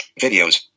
videos